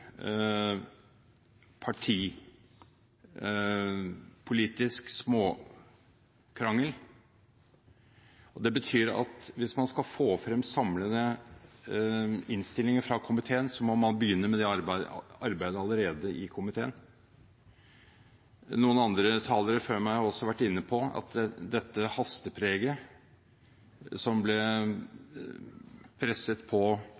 partipolitisk småkrangel. Det betyr at hvis man skal få frem samlende innstillinger fra komiteen, må man begynne med det arbeidet allerede i komiteen. Andre talere før meg har vært inne på at dette hastepreget som ble presset på